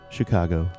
Chicago